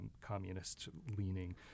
communist-leaning